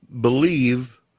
believe